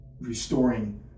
restoring